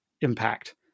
impact